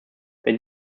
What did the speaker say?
wenn